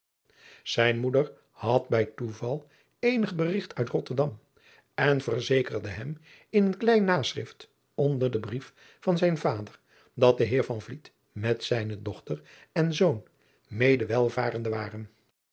ijn moeder had bij toeval eenig berigt uit otterdam en verzekerde hem in een klein naschrift onder den brief van zijn vader dat de eer met zijne dochter en zoon mede welvarende waren